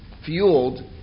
fueled